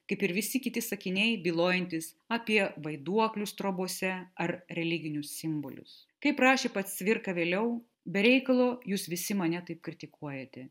kaip ir visi kiti sakiniai bylojantys apie vaiduoklius trobose ar religinius simbolius kaip rašė pats cvirka vėliau be reikalo jūs visi mane taip kritikuojate